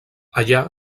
allà